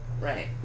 Right